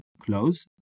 close